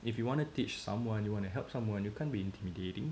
if you want to teach someone you wanna help someone you can't be intimidating